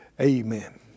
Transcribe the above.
Amen